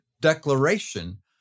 declaration